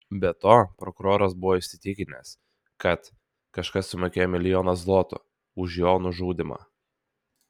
be to prokuroras buvo įsitikinęs kad kažkas sumokėjo milijoną zlotų už jo nužudymą